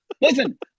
Listen